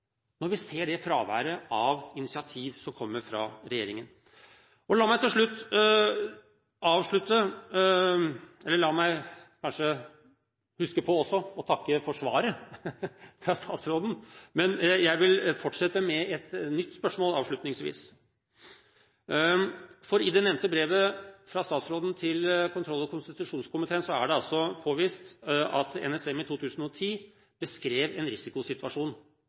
når vi ser det fraværet av initiativ som kommer fra regjeringen. Jeg vil takke for svaret fra statsråden og avslutningsvis komme med et nytt spørsmål. I det nevnte brevet fra statsråden til kontroll- og konstitusjonskomiteen framgår det at det er påvist at NSM i 2010 beskrev en risikosituasjon